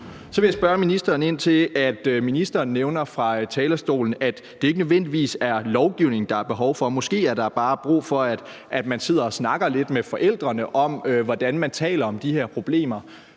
Så vil jeg spørge ministeren ind til, at ministeren fra talerstolen nævner, at det ikke nødvendigvis er lovgivning, der er behov for, at der måske bare er brug for, at man sidder og snakker lidt med forældrene om, hvordan man taler om de her problemer.